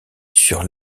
sur